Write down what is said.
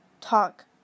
talk